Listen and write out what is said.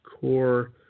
core